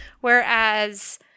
whereas